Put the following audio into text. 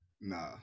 nah